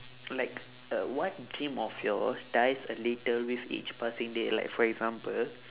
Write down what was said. like uh what dream of yours dies a little with each passing day like for example